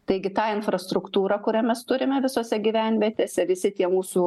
taigi tą infrastruktūrą kurią mes turime visose gyvenvietėse visi tie mūsų